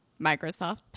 Microsoft